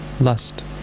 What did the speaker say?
lust